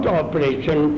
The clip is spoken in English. operation